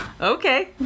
Okay